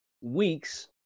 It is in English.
weeks